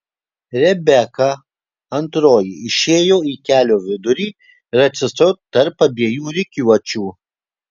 rebeka antroji išėjo į kelio vidurį ir atsistojo tarp abiejų rikiuočių